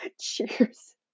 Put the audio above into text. Cheers